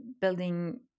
building